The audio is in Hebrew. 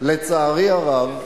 לצערי הרב,